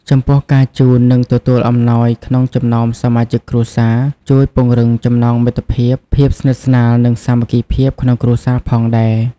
ចំពោះ ការជូន និងទទួលអំណោយក្នុងចំណោមសមាជិកគ្រួសារ ជួយពង្រឹងចំណងមិត្តភាព ភាពស្និទ្ធស្នាល និងសាមគ្គីភាពក្នុងគ្រួសារផងដែរ។